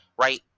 right